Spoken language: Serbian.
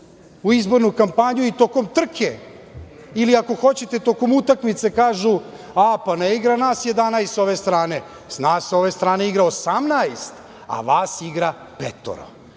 u izbornu kampanju i tokom trke, ili ako hoćete tokom utakmice kažu, a, pa, ne igra nas 11 sa ove strane, nas sa ove strane igra 18, a vas igra petoro.